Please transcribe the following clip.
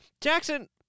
Jackson